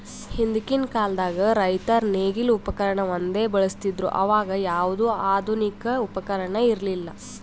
ಹಿಂದಕ್ಕಿನ್ ಕಾಲದಾಗ್ ರೈತರ್ ನೇಗಿಲ್ ಉಪಕರ್ಣ ಒಂದೇ ಬಳಸ್ತಿದ್ರು ಅವಾಗ ಯಾವ್ದು ಆಧುನಿಕ್ ಉಪಕರ್ಣ ಇರ್ಲಿಲ್ಲಾ